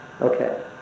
Okay